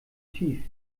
tief